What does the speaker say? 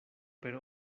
per